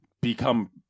become